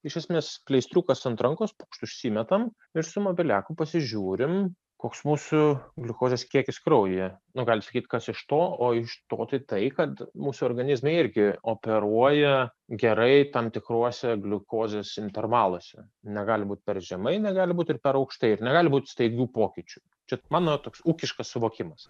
iš esmės pleistriukas ant rankos pukšt užsimetam ir su mobiliaku pasižiūrim koks mūsų gliukozės kiekis kraujyje nu gali sakyti kas iš to o iš to tai kad mūsų organizme irgi operuoja gerai tam tikruose gliukozės intervaluose negali būt per žemai negali būt ir per aukštai ir negali būt staigių pokyčių čia mano toks ūkiškas suvokimas